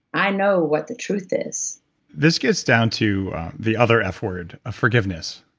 i know what the truth is this gets down to the other f word, forgiveness.